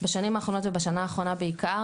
בשנים האחרונות ובשנה האחרונה בעיקר,